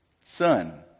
Son